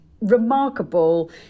remarkable